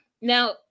Now